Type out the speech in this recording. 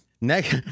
next